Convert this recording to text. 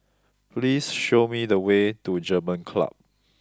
please show me the way to German Club